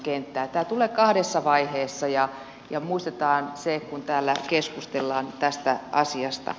tämä tulee kahdessa vaiheessa ja muistetaan se kun täällä keskustallaan tästä asiasta